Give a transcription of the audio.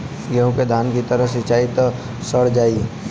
गेंहू के धान की तरह सींचब त सड़ जाई